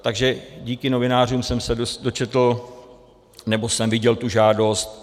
Takže díky novinářům jsem se dočetl, nebo jsem viděl tu žádost.